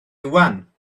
iwan